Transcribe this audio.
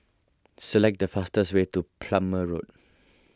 select the fastest way to Plumer Road